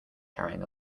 carrying